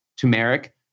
turmeric